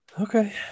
Okay